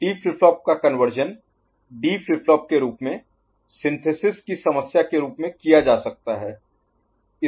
T flip flop का conversion D flip flop के रूप में सिंथेसिस की समस्या के रूप में किया जा सकता है